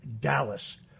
Dallas